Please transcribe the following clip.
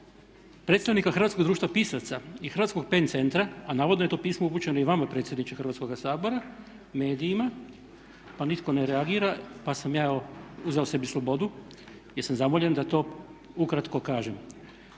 predstavnika Hrvatskog društva pisaca i Hrvatskog PEN centra a navodno je to pismo upućeno i vama predsjedniče Hrvatskoga sabora, medijima pa nitko ne reagira pa sam ja evo uzeo sebi slobodu jer sam zamoljen da to ukratko kažem.